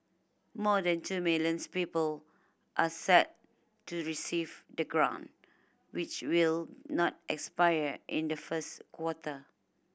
more than two millions people are set to receive the grant which will not expire in the first quarter